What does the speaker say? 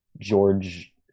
George